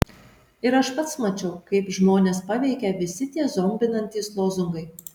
ir aš pats mačiau kaip žmones paveikia visi tie zombinantys lozungai